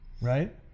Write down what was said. right